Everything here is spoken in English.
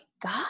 God